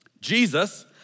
Jesus